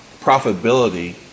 profitability